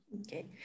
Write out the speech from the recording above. Okay